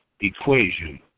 equation